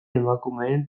emakumeen